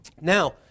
Now